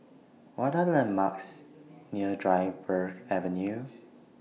What Are The landmarks near Dryburgh Avenue